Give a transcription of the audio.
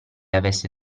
avesse